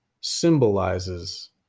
symbolizes